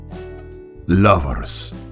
Lovers